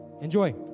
enjoy